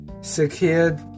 secured